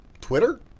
Twitter